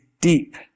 deep